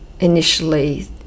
initially